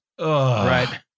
Right